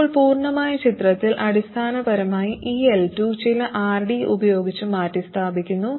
ഇപ്പോൾ പൂർണ്ണമായ ചിത്രത്തിൽ അടിസ്ഥാനപരമായി ഈ L2 ചില RD ഉപയോഗിച്ച് മാറ്റിസ്ഥാപിക്കുന്നു